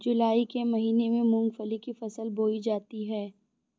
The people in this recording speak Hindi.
जूलाई के महीने में मूंगफली की फसल बोई जाती है